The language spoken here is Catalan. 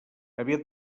aviat